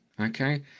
okay